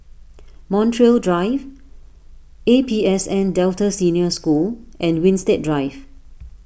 Montreal Drive A P S N Delta Senior School and Winstedt Drive